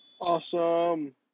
Awesome